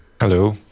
Hello